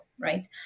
right